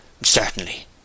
Certainly